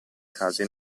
casi